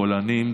פולנים,